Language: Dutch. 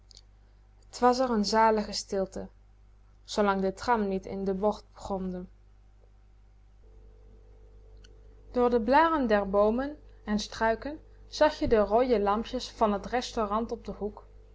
was r n zalige stilte zoolang de tram niet in de bocht gromde door de blaren der boomen en struiken zag je de rooie lampjes van t restaurant op den hoek